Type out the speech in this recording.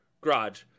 garage